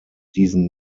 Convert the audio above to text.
diesen